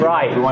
Right